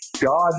God